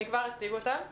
אני פונה לשר אלקין,